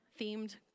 themed